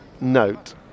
note